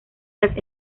las